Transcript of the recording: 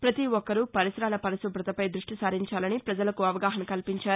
ప్రతి ఒక్కరూ పరిసరాల పరిశుభ్రతపై దృష్టి సారించాలని ప్రపజలకు అవగాహన కల్పించారు